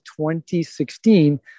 2016